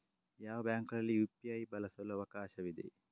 ಯಾವ ಬ್ಯಾಂಕುಗಳಲ್ಲಿ ಯು.ಪಿ.ಐ ಬಳಸಲು ಅವಕಾಶವಿದೆ?